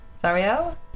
Zariel